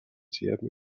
serben